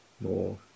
more